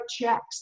checks